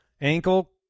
Ankle